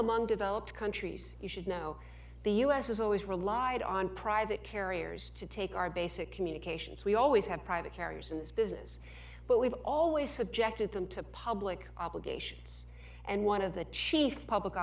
among developed countries you should know the u s is always relied on private carriers to take our basic communications we always have private carriers in this business but we've always subjected them to public obligations and one of the chief public